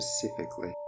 specifically